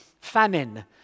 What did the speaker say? famine